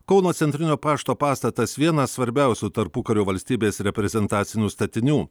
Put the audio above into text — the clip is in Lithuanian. kauno centrinio pašto pastatas vienas svarbiausių tarpukario valstybės reprezentacinių statinių